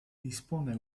dispone